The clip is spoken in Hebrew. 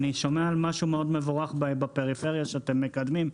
אני שומע על משהו מאוד מבורך בפריפריה שאתם מקדמים,